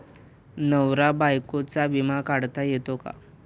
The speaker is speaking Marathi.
नवरा बायकोचा विमा काढता येतो का?